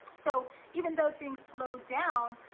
so even though things slowed down,